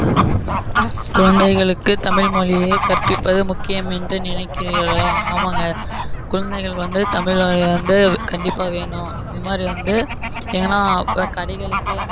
குழந்தைகளுக்கு தமிழ்மொழியை கற்பிப்பது முக்கியம் என்று நினைக்கிறீர்களா ஆமாங்க குழந்தைகளுக்கு வந்து தமிழ்மொழி வந்து கண்டிப்பாக வேணும் இது மாதிரி வந்து எங்கேனா கடைகளுக்கு